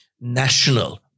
national